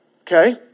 Okay